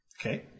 Okay